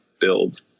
build